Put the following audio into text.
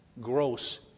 gross